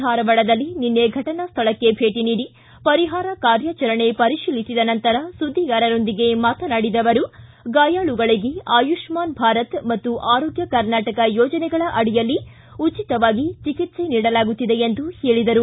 ಧಾರವಾಡದಲ್ಲಿ ನಿನ್ನೆ ಘಟನಾ ಸ್ವಳಕ್ಕೆ ಭೇಟ ನೀಡಿ ಪರಿಹಾರ ಕಾರ್ಯಾಚರಣೆ ಪರಿಶೀಲಿಸಿದ ನಂತರ ಸುದ್ದಿಗಾರರೊಂದಿಗೆ ಮಾತನಾಡಿದ ಅವರು ಗಾಯಾಳುಗಳಿಗೆ ಆಯುಷ್ಟಾನ್ ಭಾರತ್ ಮತ್ತು ಆರೋಗ್ಯ ಕರ್ನಾಟಕ ಯೋಜನೆಗಳ ಅಡಿಯಲ್ಲಿ ಉಚಿತವಾಗಿ ಚಿಕಿತ್ಸೆ ನೀಡಲಾಗುತ್ತಿದೆ ಎಂದು ಹೇಳಿದರು